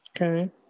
Okay